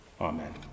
Amen